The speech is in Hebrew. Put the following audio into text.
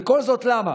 וכל זאת למה?